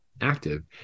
active